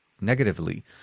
negatively